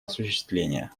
осуществления